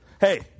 Hey